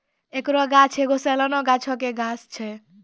एकरो गाछ एगो सलाना घासो के गाछ छै